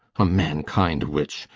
a mankind witch!